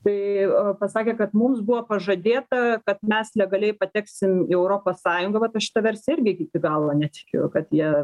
tai pasakė kad mums buvo pažadėta kad mes legaliai pateksim į europos sąjungą vat aš šita versija irgi iki galo netikiu kad jie